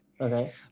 Okay